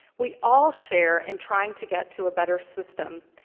we all share in trying to get to a better system,